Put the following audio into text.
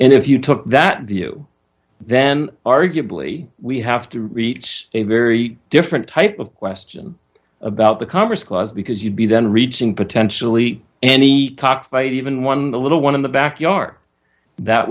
and if you took that the you then arguably we have to reach a very different type of question about the commerce clause because you'd be then reaching potentially any cockfight even one the little one of the backyard that